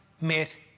met